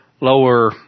lower